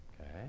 Okay